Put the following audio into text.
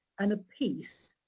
and a piece,